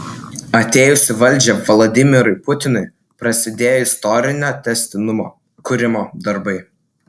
atėjus į valdžią vladimirui putinui prasidėjo istorinio tęstinumo kūrimo darbai